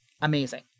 amazing